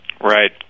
Right